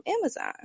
Amazon